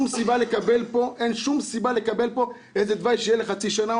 הוא אומר לה: היה כאן דיון קשה.